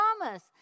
promise